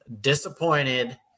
disappointed